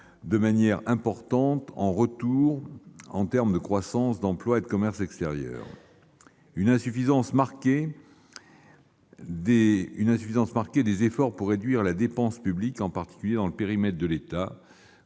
de manière importante sur la croissance, l'emploi et le commerce extérieur, une insuffisance marquée des efforts pour réduire la dépense publique, en particulier dans le périmètre de l'État-